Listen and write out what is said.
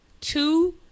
two